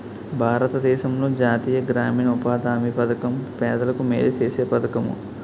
భారతదేశంలో జాతీయ గ్రామీణ ఉపాధి హామీ పధకం పేదలకు మేలు సేసే పధకము